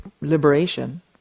liberation